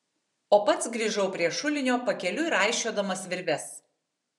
o pats grįžau prie šulinio pakeliui raišiodamas virves